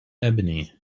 ebony